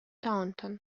taunton